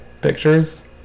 pictures